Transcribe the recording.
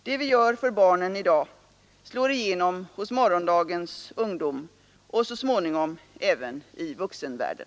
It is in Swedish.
Det vi gör för barnen i dag slår igenom hos morgondagens ungdom och så småningom även i vuxenvärlden.